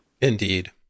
Indeed